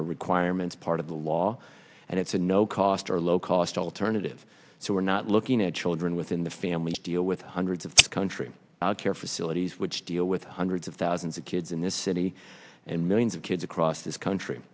or requirements part of the law and it's a no cost or low cost alternative so we're not looking at children within the families deal with hundreds of country care facilities which deal with hundreds of thousands of kids in this city and millions of kids across this country